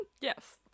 yes